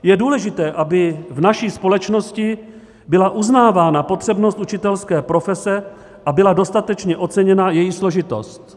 Je důležité, aby v naší společnosti byla uznávána potřebnost učitelské profese a byla dostatečně oceněna její složitost.